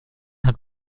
hat